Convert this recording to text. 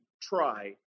try